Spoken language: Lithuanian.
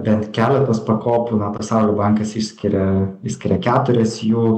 bent keletos pakopų na pasaulio bankas išskiria išskiria keturis jų